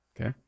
Okay